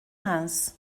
reims